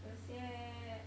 有些